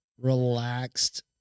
Relaxed